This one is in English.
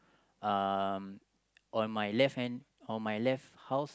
um on my left hand on my left house